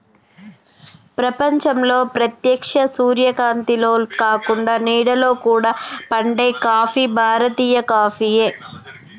ప్రపంచంలో ప్రేత్యక్ష సూర్యకాంతిలో కాకుండ నీడలో కూడా పండే కాఫీ భారతీయ కాఫీయే